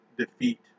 Defeat